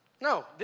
No